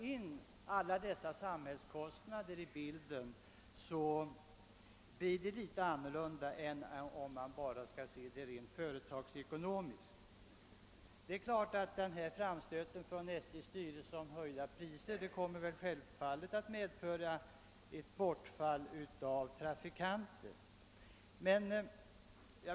Om alla dessa samhällskostnader förs in i bilden, ter sig naturligtvis situationen annorlunda än om vi skall se det hela rent företagsekonomiskt. Järnvägsstyrelsens framstöt om höjda priser kommer självfallet att medföra ett bortfall av trafikanter.